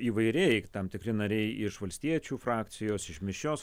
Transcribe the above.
įvairiai tam tikri nariai iš valstiečių frakcijos iš mišrios